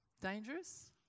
Dangerous